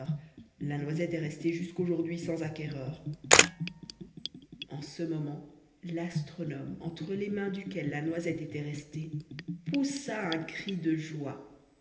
la noisette est restée jusqu'aujourd'hui sans acquéreur en ce moment l'astronome entre les mains duquel la noisette était restée poussa un cri de joie